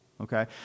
okay